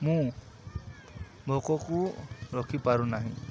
ମୁଁ ଭୋକକୁ ରଖିପାରୁନାହିଁ